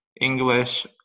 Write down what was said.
English